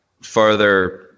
further